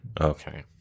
Okay